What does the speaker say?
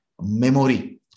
memory